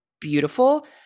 beautiful